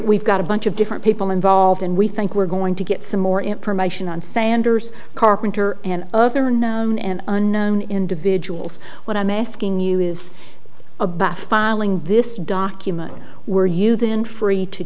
we've got a bunch of different people involved and we think we're going to get some more information on sanders carpenter and other known and unknown individuals what i'm asking you is about filing this document were you then free to